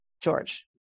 George